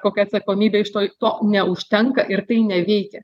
kokia atsakomybė iš to to neužtenka ir tai neveikia